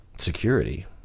security